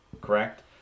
Correct